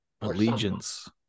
Allegiance